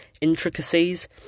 intricacies